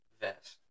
vest